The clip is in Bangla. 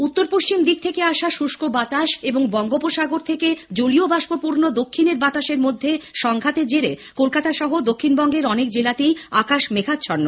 উত্তর পশ্চিম দিক থেকে আসা শুষ্ক বাতাস এবং বঙ্গোপসাগর থেকে জলীয় বাষ্পপূর্ণ দক্ষিণের বাতাসের মধ্যে সংঘাতের জেরে কলকাতা সহ দক্ষিবঙ্গের অনেক জেলাতেই আকাশ মেঘাচ্ছন্ন